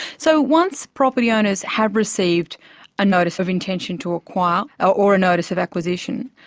so once property owners have received a notice of intention to acquire, or a notice of acquisition,